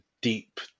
deep